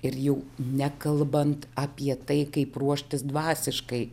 ir jau nekalbant apie tai kaip ruoštis dvasiškai